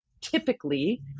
typically